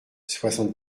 soixante